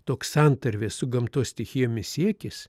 toks santarvės su gamtos stichijomis siekis